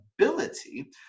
ability